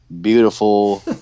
beautiful